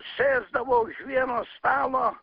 sėsdavo už vieno stalo